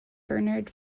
bernhard